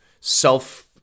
self